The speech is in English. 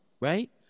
right